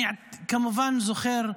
אני כמובן זוכר,